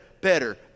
better